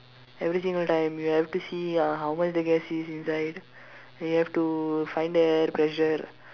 everything like you have to see uh how much the gas is inside and you have to find the pressure